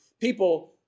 people